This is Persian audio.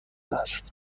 است